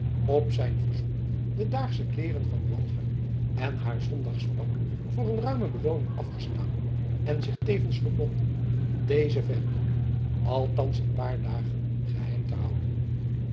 op zijn verzoek de daagsche kleeren van walger en haar zondagspak voor een ruime belooning afgestaan en zich tevens verbonden dezen verkoop althans een paar dagen geheim te houden